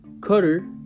Cutter